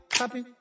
happy